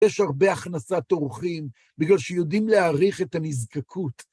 יש הרבה הכנסת אורחים, בגלל שיודעים להעריך את הנזקקות.